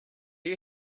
you